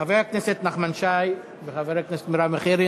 של חבר הכנסת נחמן שי וחברת הכנסת מרב מיכאלי.